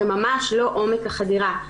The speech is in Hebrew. וממש לא עומק החדירה.